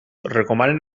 recomanen